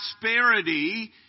prosperity